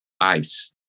Ice